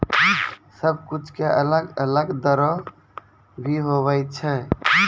सब कुछु के अलग अलग दरो भी होवै छै